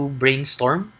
brainstorm